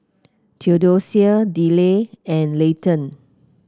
Theodosia Deliah and Layton